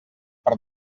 per